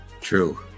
True